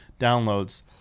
downloads